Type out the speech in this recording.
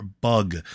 Bug